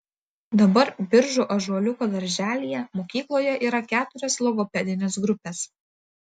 dabar biržų ąžuoliuko darželyje mokykloje yra keturios logopedinės grupės